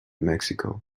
mexico